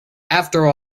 after